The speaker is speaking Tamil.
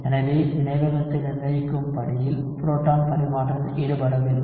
எனவே வினைவேகத்தை நிர்ணயிக்கும் படியில் புரோட்டான் பரிமாற்றம் ஈடுபடவில்லை